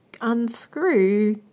unscrew